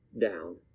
down